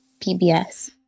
PBS